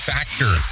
Factor